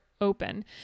Open